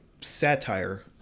satire